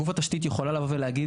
גוף התשתית יכול לבוא ולהגיד,